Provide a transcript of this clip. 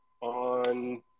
on